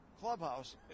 clubhouse